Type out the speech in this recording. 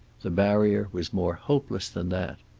the barrier was more hopeless than that.